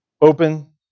Open